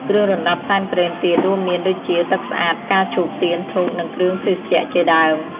គ្រឿងរណ្តាប់សែនផ្សេងទៀតរួមមានដូចជា ទឹកស្អាត ផ្កាឈូក ទៀន ធូប និងគ្រឿងភេសជ្ជៈជាដើម។